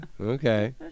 okay